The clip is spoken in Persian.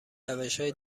روشهای